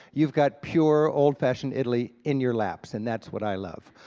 you've got pure old-fashioned italy in your laps, and that's what i love.